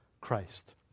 Christ